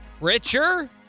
Richer